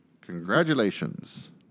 Congratulations